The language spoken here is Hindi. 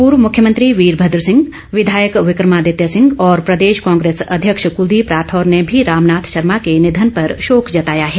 पूर्व मुख्यमंत्री वोरभद्र सिंह विधायक विक्रमादित्य सिंह और प्रदेश कांग्रेस अध्यक्ष कुलदीप राठौर ने भी रामनाथ शर्मा के निधन पर शोक जताया है